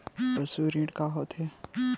पशु ऋण का होथे?